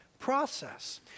process